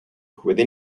within